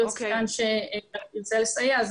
להיות שחקן שירצה לסייע.